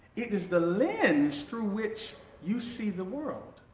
it is the lens through which you see the world.